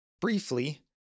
briefly